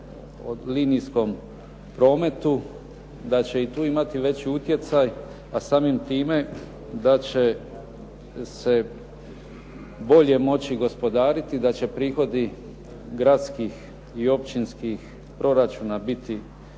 linijskom prometu da će i tu imati veći utjecaj, a samim time da će se bolje moći gospodariti, da će prihodi gradskih i općinskih proračuna biti